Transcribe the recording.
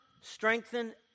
strengthen